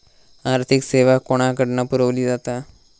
आर्थिक सेवा कोणाकडन पुरविली जाता?